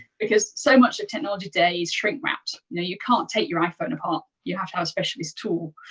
because so much of technology today is shrink-wrapped. you know you can't take your iphone apart. you have to have a specialized tool.